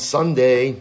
Sunday